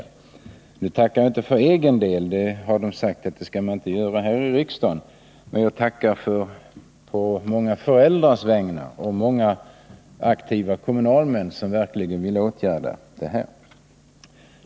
Jag tackar inte för egen del — det har sagts mig att man inte skall göra det här i riksdagen — utan jag tackar på många föräldrars vägnar och på de aktiva kommunalmäns vägnar som verkligen vill vidta åtgärder på det här området.